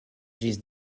ĝis